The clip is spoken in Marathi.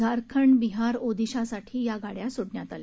झारखंड बिहार ओडिशासाठी या गाड्या सोडण्यात आल्या